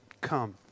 come